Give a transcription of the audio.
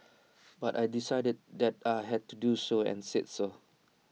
but I decided that I had to do so and said so